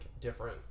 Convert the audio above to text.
different